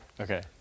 Okay